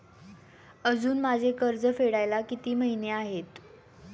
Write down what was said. अजुन माझे कर्ज फेडायला किती महिने आहेत?